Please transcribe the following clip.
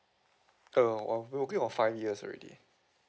oh uh well been working for five years already